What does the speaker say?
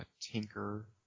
Tinker